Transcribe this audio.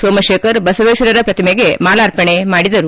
ಸೋಮಶೇಖರ ಬಸವೇಶ್ವರರ ಪ್ರತಿಮೆಗೆ ಮಾಲಾರ್ಪಣೆ ಮಾಡಿದರು